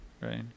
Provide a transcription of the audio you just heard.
right